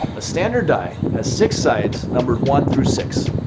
a standard die has six sides numbered one through six.